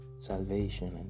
salvation